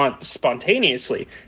spontaneously